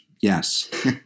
yes